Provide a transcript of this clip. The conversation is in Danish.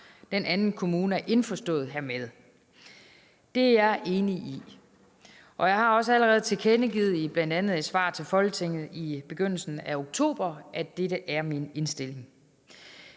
den anden kommune er indforstået hermed. Det er jeg enig i, og jeg har også allerede tilkendegivet, bl.a. i et svar til Folketinget i begyndelsen af oktober, at dette er min indstilling.